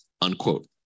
unquote